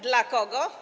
Dla kogo?